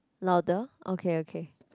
louder okay okay